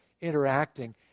interacting